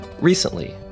Recently